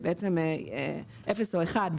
שזה בעצם אפס או אחד,